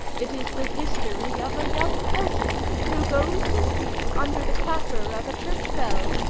it is the history of a young person who goes to sleep under the clapper of a church bell,